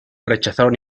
rechazaron